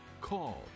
call